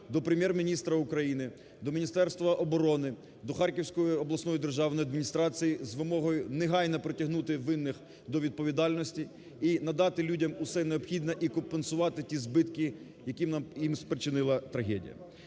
до Прем'єр-міністра України, до Міністерства оборони, до Харківської обласної державної адміністрації з вимогою негайно притягнути винних до відповідальності і надати людям все необхідне, і компенсувати ті збитки, які їм спричинила трагедія.